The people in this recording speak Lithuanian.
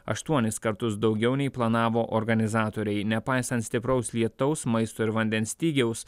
aštuonis kartus daugiau nei planavo organizatoriai nepaisant stipraus lietaus maisto ir vandens stygiaus